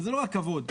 וזה לא רק כבוד,